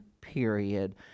period